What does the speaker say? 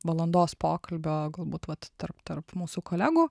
valandos pokalbio galbūt vat tarp tarp mūsų kolegų